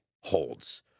holds